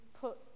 put